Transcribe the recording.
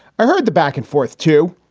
i heard the back and forth, too.